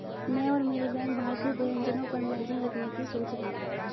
मैं और मेरी बहन भारतीय व्यंजनों पर मैगजीन लिखने की सोच रही है